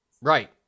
Right